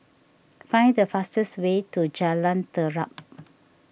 find the fastest way to Jalan Terap